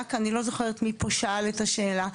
היה כאן אני לא זוכרת מי פה שאל את השאלה,